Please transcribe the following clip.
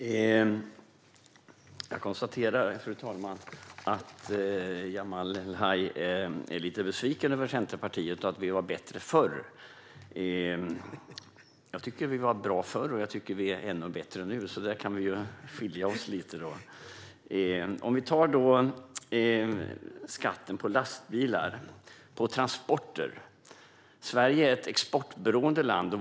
Fru talman! Jag konstaterar att Jamal El-Haj är lite besviken på Centerpartiet och tycker att vi var bättre förr. Jag tycker att vi var bra förr, och jag tycker att vi är ännu bättre nu. Där skiljer vi oss alltså lite åt. När det gäller skatten på lastbilar och transporter kan sägas att Sverige är ett exportberoende land.